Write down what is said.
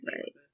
Right